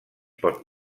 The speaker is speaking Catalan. pot